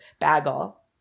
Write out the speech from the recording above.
bagel